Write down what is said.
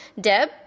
Deb